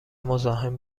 مزاحم